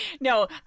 No